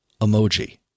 emoji